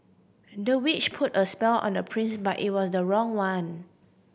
the witch put a spell on the prince but it was the wrong one